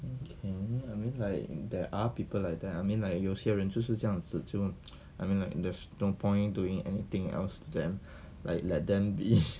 okay I mean like there are people like that I mean like 有些人就是这样子就 I mean like there's no point doing anything else to them like let them be